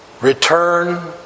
Return